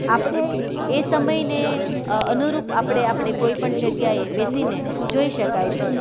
તો આપણે એ સમયને અનુરૂપ આપણે કોઈપણ જગ્યાએ બેસીને જોઈ શકાય છે